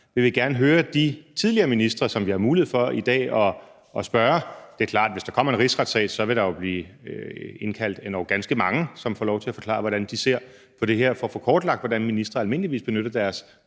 vi bare gerne høre de tidligere ministre, som vi har mulighed for i dag at spørge. Det er klart, at hvis der kommer en rigsretssag, vil der blive indkaldt endog ganske mange, som får lov til at forklare, hvordan de ser på det her, for at få kortlagt, hvordan ministre almindeligvis benytter deres